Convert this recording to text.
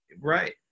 Right